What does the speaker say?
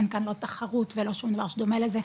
אין כאן לא תחרות ולא שום דבר שדומה לזה,